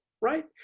Right